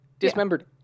dismembered